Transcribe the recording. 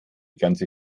ganze